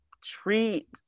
treat